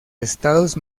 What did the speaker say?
estados